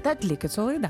tad likit su laida